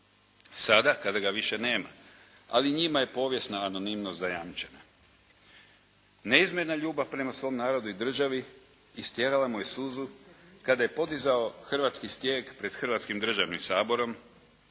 Sada kada ga više nema, ali njima je povijesna anonimnost zajamčena. Neizmjerna ljubav prema svom narodu i državi istjerala mu je suzu kada je podizao hrvatski stijeg pred Hrvatskim državnim saborom,